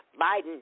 Biden